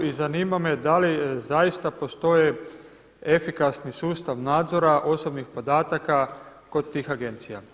U zanima me da li zaista postoje efikasni sustav nadzora osobnih podataka kod tih agencija?